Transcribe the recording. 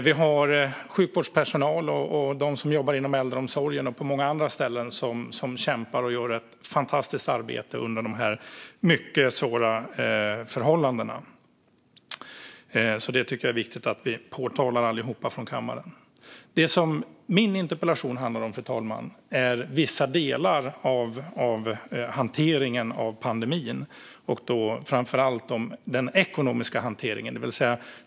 Vi har sjukvårdspersonal och människor som jobbar inom äldreomsorgen och på många andra ställen som kämpar och gör ett fantastiskt arbete under dessa mycket svåra förhållanden. Det tycker jag är viktigt att vi allihop framhåller här i kammaren. Det min interpellation handlar om, fru talman, är vissa delar av hanteringen av pandemin och då framför allt den ekonomiska hanteringen.